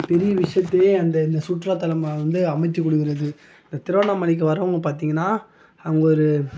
பெரிய விஷயத்தியே அந்த சுற்றுலா தலம் வந்து அமைச்சு கொடுக்குறது திருவண்ணாமலைக்கு வரவங்க பார்த்தீங்கன்னா அங்கொரு